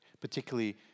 particularly